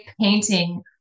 painting